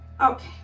Okay